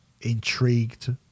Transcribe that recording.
intrigued